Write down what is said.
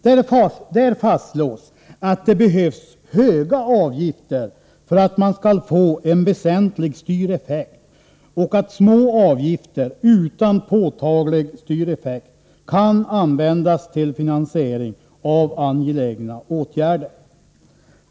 Utredningen fastslår att det behövs höga avgifter för att man skall få en väsentlig styreffekt och att små avgifter utan påtaglig styreffekt kan användas till finansiering av angelägna åtgärder.